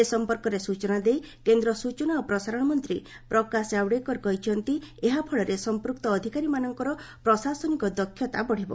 ଏ ସମ୍ପର୍କରେ ସୂଚନା ଦେଇ କେନ୍ଦ୍ର ସୂଚନା ଓ ପ୍ରସାରଣ ମନ୍ତ୍ରୀ ପ୍ରକାଶ ଜାୱେଡକର କହିଛନ୍ତି ଏହାଫଳରେ ସମ୍ପୃକ୍ତ ଅଧିକାରୀମାନଙ୍କର ପ୍ରଶାସନିକ ଦକ୍ଷତା ବଢିବ